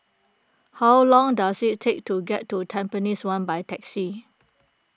how long does it take to get to Tampines one by taxi